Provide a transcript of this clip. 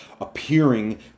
appearing